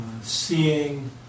seeing